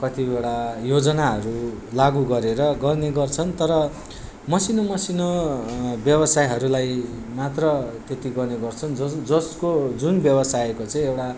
कतिवटा योजनाहरू लागु गरेर गर्ने गर्छन् तर मसिनो मसिनो व्यवसायहरूलाई मात्र त्यति गर्ने गर्छन् जसको जुन व्यवसायको चाहिँ एउटा